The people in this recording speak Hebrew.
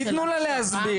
תתנו לה להסביר.